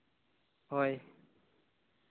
ᱦᱳᱭ